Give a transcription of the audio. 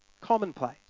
Commonplace